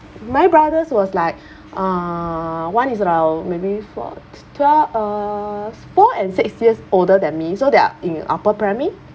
my brothers was like uh one is around maybe four twelve uh four and six years older than me so they are in upper primary